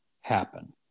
happen